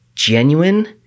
genuine